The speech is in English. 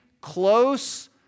close